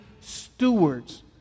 stewards